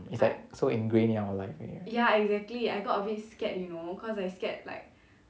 is like so ingrained in our life already eh